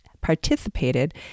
participated